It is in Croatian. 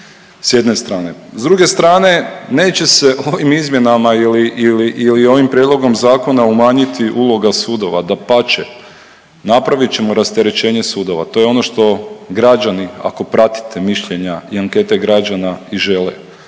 S druge strane neće se ovim izmjenama ili, ili, ili ovim prijedlogom zakona umanjiti uloga sudova, dapače napravit ćemo rasterećenje sudova, to je ono što građani ako pratite mišljenja i ankete građana i žele.